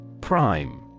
Prime